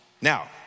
Now